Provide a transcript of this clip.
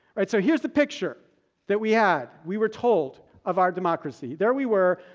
alright, so here's the picture that we had, we were told of our democracy. there we were,